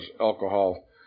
alcohol